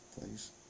Please